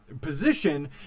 position